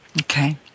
Okay